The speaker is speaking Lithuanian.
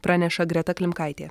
praneša greta klimkaitė